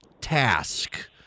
task